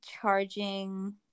charging